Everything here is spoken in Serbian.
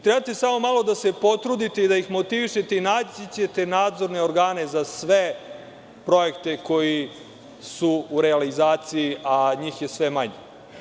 Trebate samo malo da se potrudite i motivišete i naći ćete nadzorne organe za sve projekte koji su u realizaciji, a njih je sve manje.